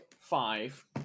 Five